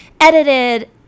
edited